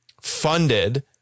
funded